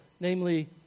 namely